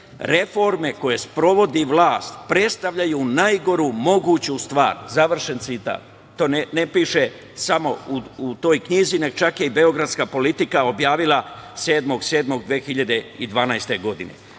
„Reforme koje sprovodi vlast predstavljaju najgoru moguću stvar“, završen citat. To ne piše samo u toj knjizi, nego je čak i beogradska „Politika“ objavila 7. jula 2012. godine. Da